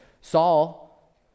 Saul